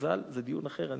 זה דיון אחר.